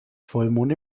vollmond